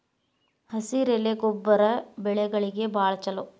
ಹಸಿರೆಲೆ ಗೊಬ್ಬರ ಬೆಳೆಗಳಿಗೆ ಬಾಳ ಚಲೋ